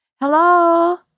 Hello